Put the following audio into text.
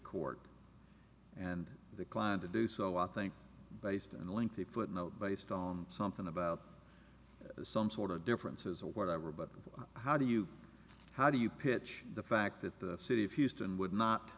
court and the client to do so i think based on the lengthy footnote based on something about some sort of differences or whatever but how do you how do you pitch the fact that the city of houston would not